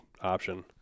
option